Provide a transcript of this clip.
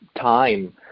time